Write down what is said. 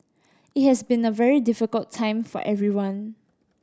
it has been a very difficult time for everyone